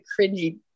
cringy